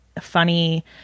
funny